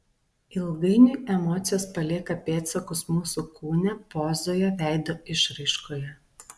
ilgainiui emocijos palieka pėdsakus mūsų kūne pozoje veido išraiškoje